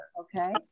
okay